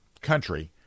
country